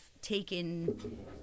taken